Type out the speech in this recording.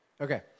Okay